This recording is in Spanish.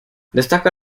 destaca